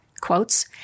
quotes